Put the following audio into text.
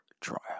Trial